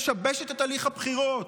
משבשת את הליך הבחירות.